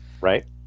Right